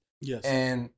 Yes